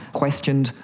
questioned,